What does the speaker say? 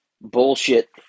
bullshit